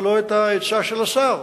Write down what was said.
ולא את העצה של השר,